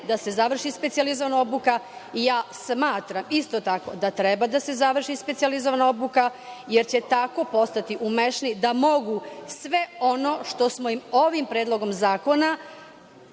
da se završi specijalizovana obuka… Ja smatram isto tako da treba da se završi specijalizovana obuka, jer će tako postati umešniji da mogu sve ono što smo im ovim Predlogom zakona,